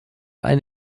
ein